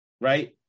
Right